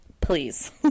please